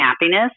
happiness